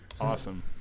Awesome